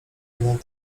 mną